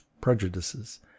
prejudices